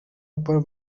upper